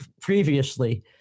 previously